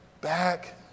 back